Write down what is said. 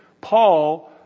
Paul